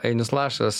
ainius lašas